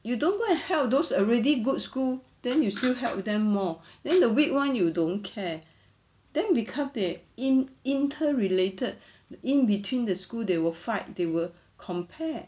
you don't go and help those already good school then you still help them more then the weak [one] you don't care then become they in ~ inter related in between the school they will fight they will compare